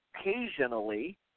occasionally